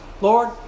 Lord